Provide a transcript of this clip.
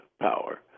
power